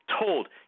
told